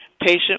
patient